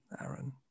Aaron